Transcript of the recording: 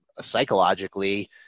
Psychologically